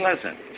pleasant